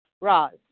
Roz